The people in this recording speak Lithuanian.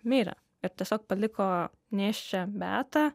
mirė ir tiesiog paliko nėščią beatą